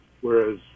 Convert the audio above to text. whereas